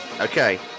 Okay